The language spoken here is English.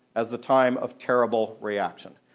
as the time of terrible reaction.